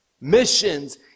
Missions